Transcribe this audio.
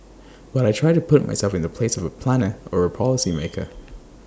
but I try to put myself in the place of A planner or A policy maker